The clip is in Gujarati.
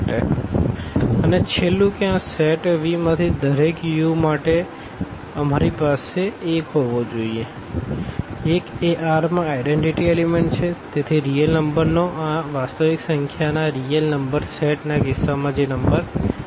λμuλuμu∀λμ∈Ru∈V અને છેલ્લું કે આ સેટ Vમાંથી દરેક u માટે અમારી પાસે 1 હોવો જોઈએ 1 એ Rમાં આઈડનટીટી એલીમેન્ટછે તેથી રીઅલ નંબરનો આ વાસ્તવિક સંખ્યાના રીઅલ નંબરસેટના કિસ્સામાં જે નંબર R છે